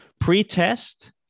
Pre-test